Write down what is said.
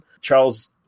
Charles